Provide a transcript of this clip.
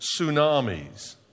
tsunamis